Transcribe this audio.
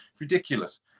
Ridiculous